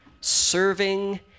serving